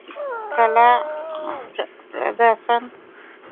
कला और प्रदर्शन